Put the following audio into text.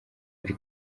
buri